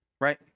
Right